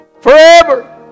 Forever